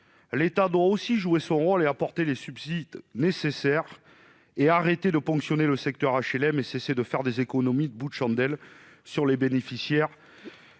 l'État doit aussi jouer son rôle, apporter les subsides nécessaires, arrêter de ponctionner le secteur HLM et cesser de faire des économies de bouts de chandelle sur les bénéficiaires